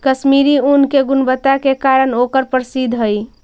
कश्मीरी ऊन के गुणवत्ता के कारण ओकर प्रसिद्धि हइ